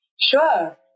Sure